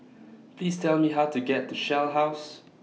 Please Tell Me How to get to Shell House